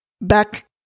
back